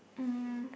um